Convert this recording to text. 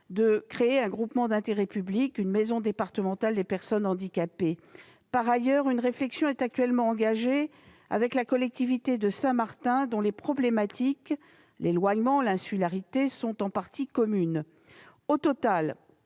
la forme d'un groupement d'intérêt public une maison départementale des personnes handicapées. Par ailleurs, une réflexion est actuellement engagée avec la collectivité de Saint-Martin, dont les problématiques, qu'il s'agisse de l'éloignement ou de l'insularité, sont communes